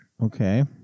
Okay